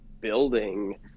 building